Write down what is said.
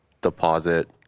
deposit